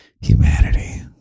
humanity